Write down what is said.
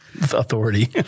authority